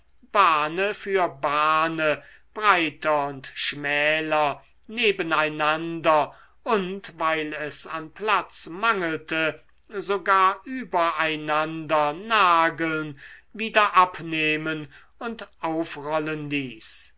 bahne für bahne breiter und schmäler neben einander und weil es an platz mangelte sogar über einander nageln wieder abnehmen und aufrollen ließ